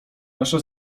nasza